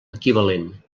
equivalent